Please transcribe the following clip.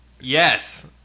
Yes